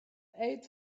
eight